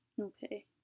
Okay